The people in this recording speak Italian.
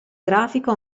grafico